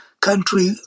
country